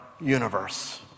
universe